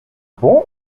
bon